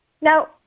Now